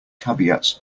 caveats